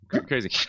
Crazy